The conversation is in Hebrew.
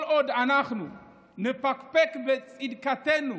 כל עוד אנחנו נפקפק בצדקתנו,